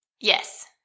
Yes